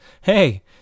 hey